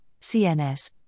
CNS